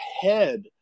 head